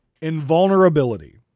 invulnerability